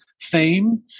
fame